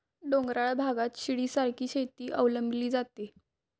डोंगराळ भागात शिडीसारखी शेती अवलंबली जाते